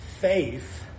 faith